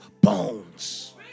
bones